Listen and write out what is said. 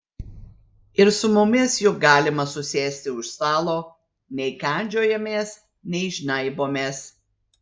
ir su mumis juk galima susėsti už stalo nei kandžiojamės nei žnaibomės